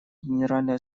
генеральной